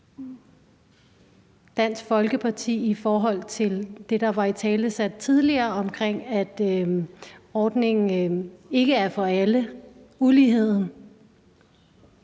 Dansk Folkeparti i forhold til det, der blev italesat tidligere, om, at ordningen ikke er for alle, altså uligheden?